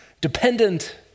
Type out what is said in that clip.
dependent